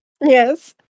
Yes